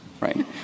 Right